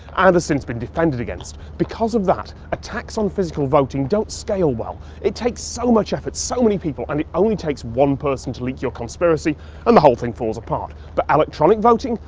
and has since been defended against. because of that, attacks on physical voting don't scale well. it takes so much effort, so many people and it only takes one person to leak your conspiracy and the whole thing falls apart. but electronic voting,